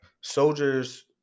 soldiers